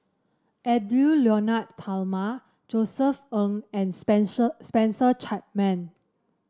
Edwy Lyonet Talma Josef Ng and Spencer Chapman